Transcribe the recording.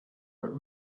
but